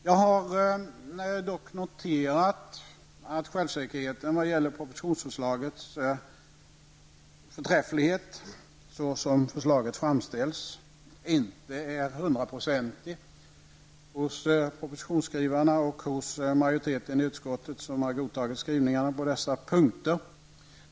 Jag har dock noterat att självsäkerheten vad gäller propositionsförslagets förträfflighet så som förslaget framställs inte är 100-procentig hos propositionsskrivarna och hos majoriteten i utskottet, som har godtagit skrivningarna på dessa punkter.